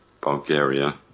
Bulgaria